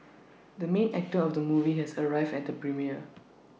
the main actor of the movie has arrived at the premiere